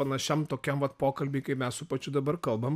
panašiam tokiam vat pokalby kai mes su pačiu dabar kalbam